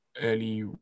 early